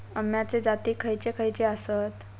अम्याचे जाती खयचे खयचे आसत?